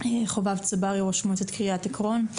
חובב צברי, ראש מועצת קריית עקרון.